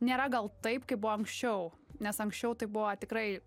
nėra gal taip kaip buvo anksčiau nes anksčiau tai buvo tikrai